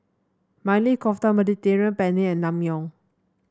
Maili Kofta Mediterranean Penne and Naengmyeon